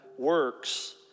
works